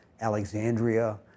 Alexandria